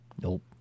Nope